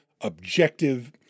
objective